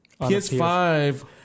PS5